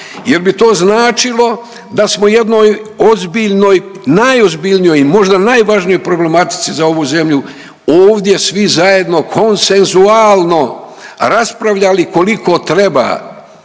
jer bi to značilo da smo jednoj ozbiljnoj, najozbiljnijoj i možda najvažnijoj problematici za ovu zemlju ovdje svi zajedno konsenzualno raspravljali koliko treba